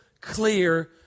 clear